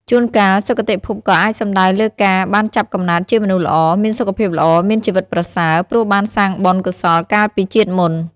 ជួនកាល សុគតិភពក៏អាចសំដៅលើការបានចាប់កំណើតជាមនុស្សល្អ មានសុខភាពល្អ មានជីវិតប្រសើរ ព្រោះបានសាងបុណ្យកុសលកាលពីជាតិមុន។